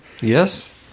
Yes